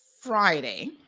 Friday